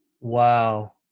Wow